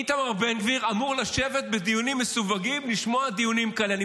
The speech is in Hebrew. איתמר בן גביר אמור לשבת בדיונים מסווגים לשמוע דיונים כאלה.